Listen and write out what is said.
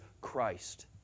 Christ